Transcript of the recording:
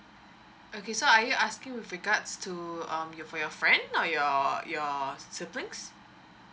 okay so are you asking with regards to um you for your friend or your your siblings